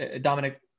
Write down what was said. Dominic